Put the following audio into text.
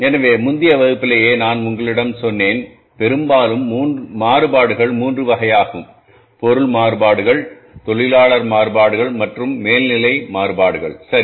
எனவே முந்தைய வகுப்பிலேயே நான் உங்களிடம் சொன்னேன் பெரும்பாலும் மாறுபாடுகள் 3 வகைகளாகும் பொருள் மாறுபாடுகள் தொழிலாளர் மாறுபாடுகள் மற்றும் மேல்நிலை மாறுபாடுகள் சரி